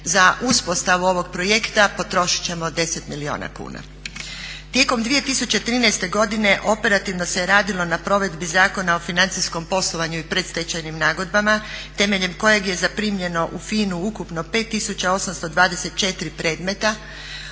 Za uspostavu ovog projekta potrošiti ćemo 10 milijuna kuna. Tijekom 2013. godine operativno se je radilo na provedbi Zakona o financijskom poslovanju i predstečajnim nagodbama temeljem kojeg je zaprimljeno u FINA-u ukupno 5824 predmeta